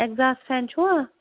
exhaust fan چھُوا